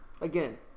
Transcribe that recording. Again